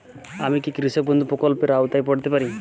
আমি কি কৃষক বন্ধু প্রকল্পের আওতায় পড়তে পারি?